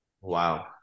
Wow